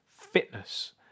fitness